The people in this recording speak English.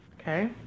Okay